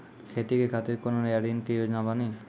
खेती के खातिर कोनो नया ऋण के योजना बानी?